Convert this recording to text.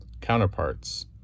counterparts